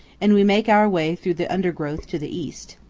and we make our way through the undergrowth to the east.